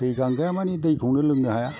दै गांगाया मानि दैखौनो लोंनो हाया